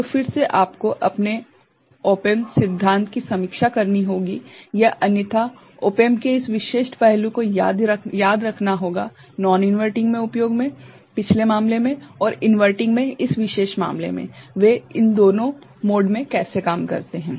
तो फिर से आपको अपने ऑप एम्प सिद्धांत की समीक्षा करनी होगी या अन्यथा ऑप एम्प के इस विशिष्ट पहलू को याद रखना होगा नॉन इनवर्टिंग में उपयोग मे पिछले मामले में और इनवर्टिंग में इस विशेष मामले में वे इन दो मोड में कैसे काम करते हैं